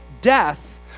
death